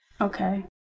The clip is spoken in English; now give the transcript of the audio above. Okay